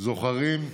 זוכרים?